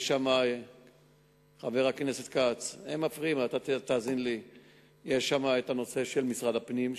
יש שם הנושא של משרד הפנים,